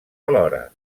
alhora